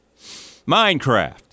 Minecraft